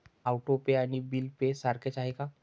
Auto pay आणि bill pay सारखेच आहे का?